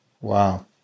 wow